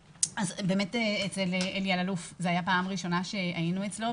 באמת אצל אלי אללוף זאת הייתה פעם ראשונה שהיינו אצלו,